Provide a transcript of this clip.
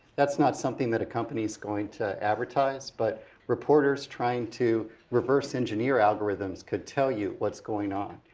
that's not something that a company's going to advertise, but reporters trying to reverse engineer algorithms could tell you what's going on.